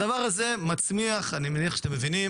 הדבר הזה מצמיח את היצוא,